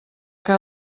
que